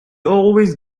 always